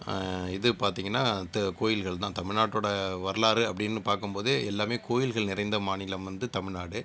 இது பார்த்தீங்கனா த கோயில்கள் தான் தமிழ்நாட்டோடய வரலாறு அப்படினு பார்க்கும்போதே எல்லாமே கோயில்கள் நிறைந்த மாநிலம் வந்து தமிழ்நாடு